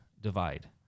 divide